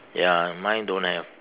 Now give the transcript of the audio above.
ya mine don't have